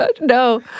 no